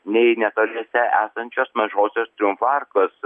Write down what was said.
nei netoliese esančios mažosios triumfo arkos